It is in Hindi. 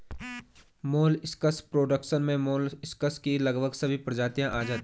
मोलस्कस प्रोडक्शन में मोलस्कस की लगभग सभी प्रजातियां आ जाती हैं